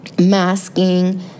masking